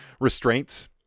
restraints